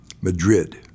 Madrid